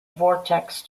vortex